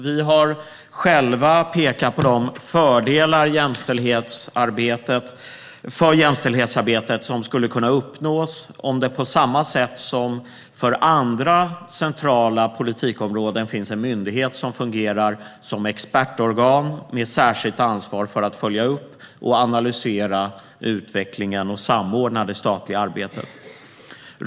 Vi har själva pekat på de fördelar för jämställdhetsarbetet som skulle kunna uppnås om det på samma sätt som för andra centrala politikområden fanns en myndighet som fungerade som expertorgan, med särskilt ansvar för att följa upp och analysera utvecklingen och samordna det statliga arbetet.